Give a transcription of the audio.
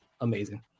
amazing